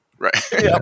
Right